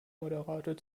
moderator